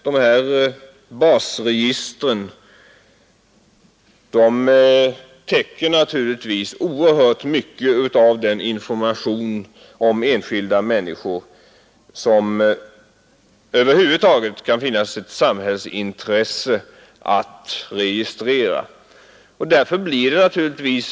Dessa basregister täcker oerhört mycket av den information om enskilda människor som det över huvud taget kan vara ett samhällsintresse att registrera.